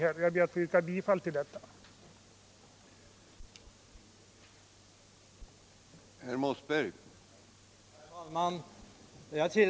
Jag ber därför att få yrka bifall till utskottets hemställan.